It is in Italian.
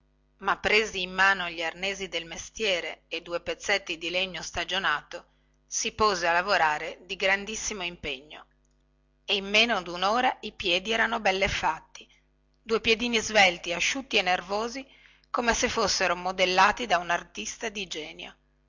ma presi in mano gli arnesi del mestiere e due pezzetti di legno stagionato si pose a lavorare di grandissimo impegno e in meno dunora i piedi erano belle fatti due piedini svelti asciutti e nervosi come se fossero modellati da un artista di genio